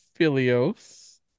Filios